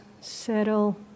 settle